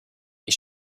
ich